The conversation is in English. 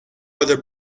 other